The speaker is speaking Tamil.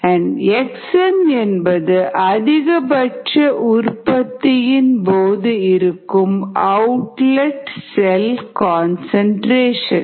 RmFxm xmஎன்பது அதிகபட்ச உற்பத்தியின் போது இருக்கும் அவுட்லெட் செல் கன்சன்ட்ரேஷன்